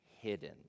hidden